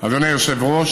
אדוני היושב-ראש,